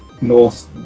North